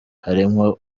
harimwo